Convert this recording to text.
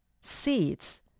seeds